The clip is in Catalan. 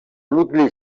nucli